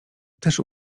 też